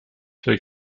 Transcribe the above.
für